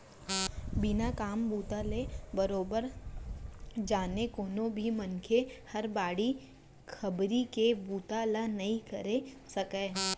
बिना काम बूता ल बरोबर जाने कोनो भी मनसे हर बाड़ी बखरी के बुता ल नइ करे सकय